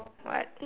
what